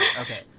Okay